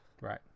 Right